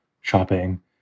shopping